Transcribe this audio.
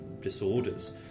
disorders